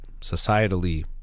societally